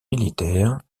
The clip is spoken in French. militaires